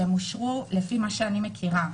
הם אושרו, לפי מה שאני מכירה,